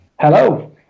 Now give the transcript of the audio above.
Hello